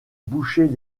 boucher